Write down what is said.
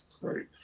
great